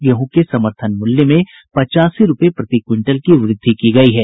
गेहूं के समर्थन मूल्य में पचासी रूपये प्रति क्विंटल की वृद्धि की गयी है